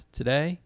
today